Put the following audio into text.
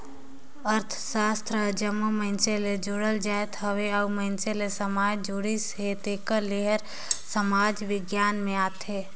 अर्थसास्त्र हर जम्मो मइनसे ले जुड़ल जाएत हवे अउ मइनसे ले समाज जुड़िस हे तेकर ले एहर समाज बिग्यान में आथे